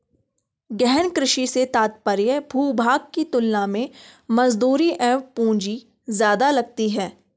गहन कृषि से तात्पर्य भूभाग की तुलना में मजदूरी एवं पूंजी ज्यादा लगती है